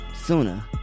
sooner